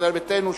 ישראל ביתנו,